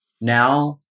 now